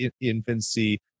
infancy